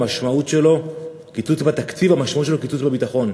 המשמעות שלו קיצוץ בביטחון.